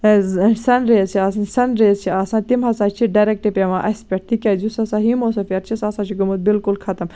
سَن rays چھِ آسان sun rays چھِ آسان تِم ہسا چھِ ڈَریکٹ پیوان اَسہِ پٮ۪ٹھ تِکیازِ یُس ہسا ہِموسِفیر چھُ سُہ ہسا چھُ گوٚمُت بِلکُل خَتٔم